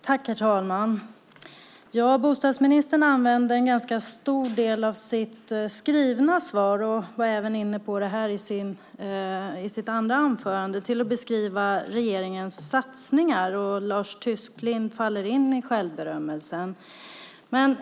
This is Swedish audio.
Herr talman! Bostadsministern använde en ganska stor del av sitt skrivna svar, och var även inne på det här i sitt andra anförande, till att beskriva regeringens satsningar. Lars Tysklind faller in i berömmet.